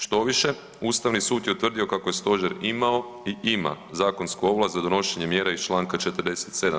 Štoviše Ustavni sud je utvrdio kako je stožer imao i ima zakonsku ovlast za donošenje mjera iz Članka 47.